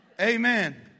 Amen